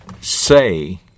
say